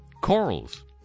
Corals